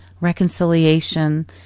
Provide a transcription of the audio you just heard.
reconciliation